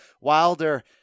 Wilder